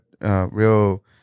real